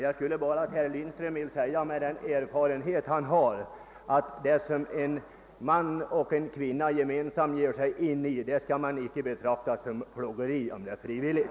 Jag vill till herr Lindström bara säga, med den livserfarenhet som han borde ha, att det som en man och en kvinna gemen "samt ger sig in i det skall man inte betrakta som plågeri, om det är frivilligt!